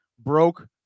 broke